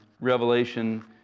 Revelation